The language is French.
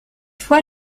fois